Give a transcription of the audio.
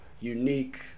unique